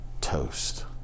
Toast